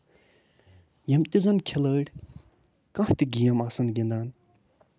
یِم تہِ زَن کھِلٲڑ کانہہ تہِ گٮ۪م آسان گِندان